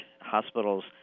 hospitals